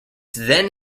then